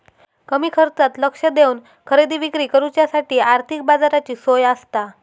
कमी खर्चात लक्ष देवन खरेदी विक्री करुच्यासाठी आर्थिक बाजाराची सोय आसता